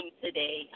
today